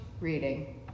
reading